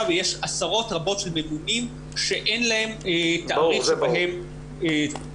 ויש עשרות רבות של ממונים שאין להם תאריך שבו --- זה ברור.